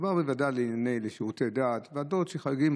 אתה יודע שבתקופת תקציב הכנסת מתפקדת בצורה קצת שונה מהרגיל.